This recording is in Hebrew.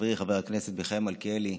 חברי חבר הכנסת מיכאל מלכיאלי: